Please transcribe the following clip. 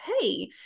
hey